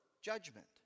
judgment